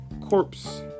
corpse